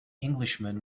englishman